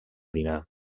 dinar